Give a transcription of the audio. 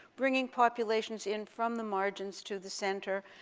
bringing populations in from the margins to the center,